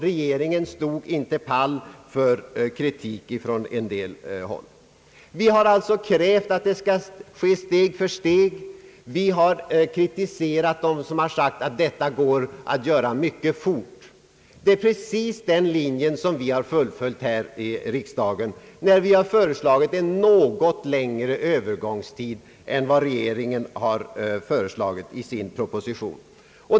Regeringen »stod inte pall» för kritiken från en del håll! Vi har alltså krävt att det skall ske steg för steg, och vi har kritiserat dem som sagt att detta går att göra mycket fort. Det är precis den linje vi har fullföljt här i riksdagen, när vi har föreslagit en något längre övergångstid än vad regeringen har föreslagit i sin proposition.